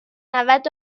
نود